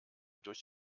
durch